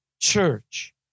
church